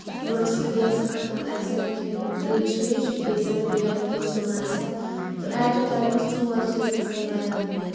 یورٕ ٲسٕس بہٕ گیسس پٮ۪ٹھ تھاوان اَکہِ سایڈٕ کیٚنٛہہ تریش ویش یا بیٚیہِ سایڈٕ کیٚنٛہہ سیُن آسہِ ہا تہٕ ایٹ اےٚ ٹایم ٲسۍ ژور چیٖز گژھان تَیار